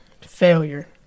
failure